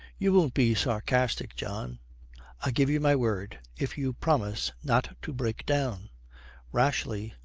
you won't be sarcastic, john i give you my word if you promise not to break down rashly,